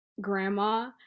grandma